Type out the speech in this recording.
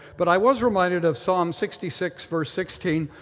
but i was reminded of psalm sixty six verse sixteen,